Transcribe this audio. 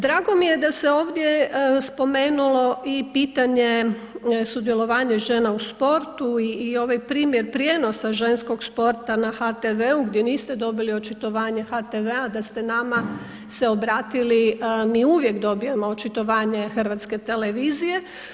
Drago mi je da se ovdje spomenulo i pitanje sudjelovanja žena u sportu i ovaj primjer prijenosa ženskog sporta na HTV-u gdje niste dobili očitovanje HTV-a da ste nama se obratili, mi uvijek dobijemo očitovanje HRT-a.